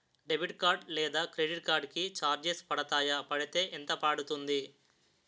Debit card లేదా credit card కి charges పడతాయా? పడితే ఎంత పడుతుంది?